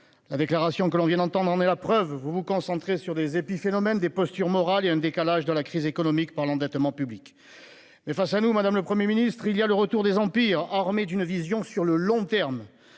La déclaration que nous venons d'entendre en est la preuve. Vous vous concentrez sur des épiphénomènes, des postures morales et sur un décalage de la crise économique par l'endettement public. Mais, face à nous, s'affirme le retour des empires, armés d'une vision sur le long terme.